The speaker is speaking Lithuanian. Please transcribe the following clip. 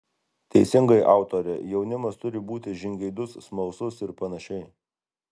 teisingai autore jaunimas turi būti žingeidus smalsus ir panašiai